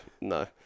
no